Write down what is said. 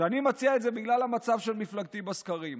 שאני מציע את זה בגלל המצב של מפלגתי בסקרים.